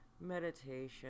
meditation